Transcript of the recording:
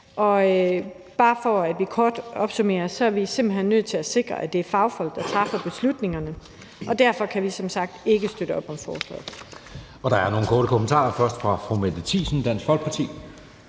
Og bare for kort at opsummere er vi simpelt hen nødt til at sikre, at det er fagfolk, der træffer beslutningerne, og derfor kan vi som sagt ikke støtte op om forslaget. Kl. 19:59 Anden næstformand (Jeppe Søe): Der er nogle kommentarer. Først er det fra fru Mette Thiesen, Dansk Folkeparti.